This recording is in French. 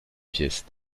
pièce